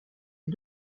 les